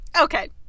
Okay